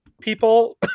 people